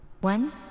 one